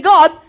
God